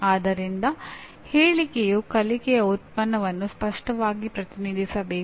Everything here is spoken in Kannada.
ಆದ್ದರಿಂದ ಹೇಳಿಕೆಯು ಕಲಿಕೆಯ ಉತ್ಪನ್ನವನ್ನು ಸ್ಪಷ್ಟವಾಗಿ ಪ್ರತಿನಿಧಿಸಬೇಕು